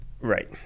Right